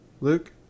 Luke